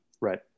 Right